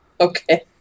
Okay